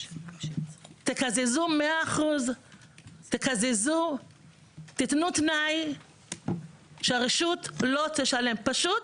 תקזזו, תציבו תנאי שהרשות לא תשלם, פשוט